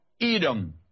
Edom